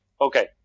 okay